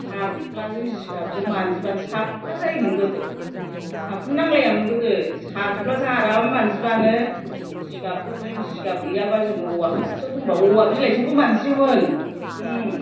हाथ'फ्ला जों जिगाबजों मानजिबानो साफा जायोमोन गोदो साफोन नांलायामोन गोदो हाथ'फ्ला जों आराम मानजिबानो जिगाबफोरजों जिगाब गैयाबा जों औवा खाथियाव दंबा औवा बिलायजोंबो मानजियोमोन